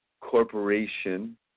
corporation